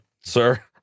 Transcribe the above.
sir